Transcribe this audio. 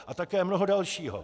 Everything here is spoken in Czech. A také mnoho dalšího.